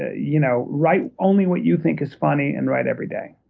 ah you know write only what you think is funny, and write every day,